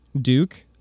Duke